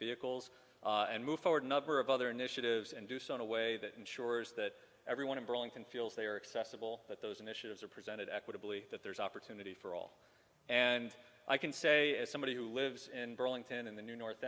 vehicles and move forward a number of other initiatives and do so in a way that ensures that everyone in burlington feels they are accessible that those initiatives are presented equitably that there's opportunity for all and i can say as somebody who lives in burlington in the new north